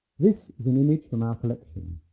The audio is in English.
this is an image from our collection.